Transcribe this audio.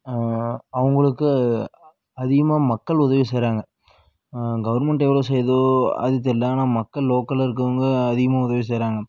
அவங்களுக்கு அதிகமாக மக்கள் உதவி செய்கிறாங்க கவர்மெண்ட்டு எவ்வளோ செய்தோ அது தெரில ஆனால் மக்கள் லோக்கலில் இருக்கிறவங்க அதிகமாக உதவி செய்கிறாங்க